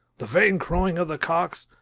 the vain crowing of the cocks,